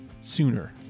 sooner